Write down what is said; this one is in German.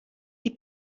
die